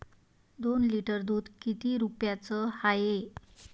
दोन लिटर दुध किती रुप्याचं हाये?